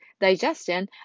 digestion